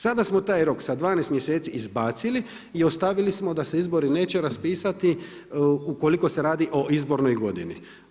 Sada smo taj rok sa 12 mjeseci izbacili i ostavili smo da se izbori neće raspisati ukoliko se radi o izbornoj godini.